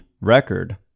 record